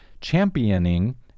championing